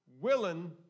willing